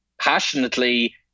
passionately